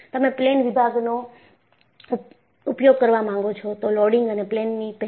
તમે પ્લેન વિભાગનો ઉપયોગ કરવા માંગો છો તો લોડીંગ અને પ્લેન ની પહેલા